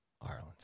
Ireland